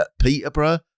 Peterborough